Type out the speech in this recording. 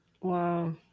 Wow